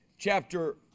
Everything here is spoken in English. chapter